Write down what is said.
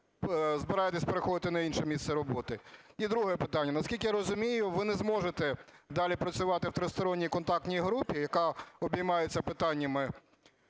збираєтесь переходити на інше місце роботи? І друге питання. Наскільки я розумію, ви не зможете далі працювати в Тристоронній контактній групі, яка обіймається питаннями